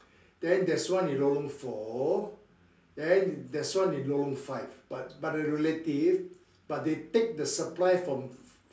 then there's one in lorong four and there's one in lorong five but but the relative but they take the supply from